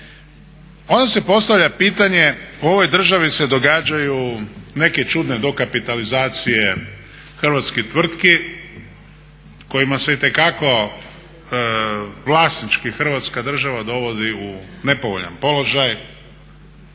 onda se postavlja pitanje u ovoj državi se događaju neke čudne dokapitalizacije hrvatskih tvrtki kojima se itekako vlasnički Hrvatska država dovodi u nepovoljan položaj,